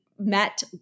Met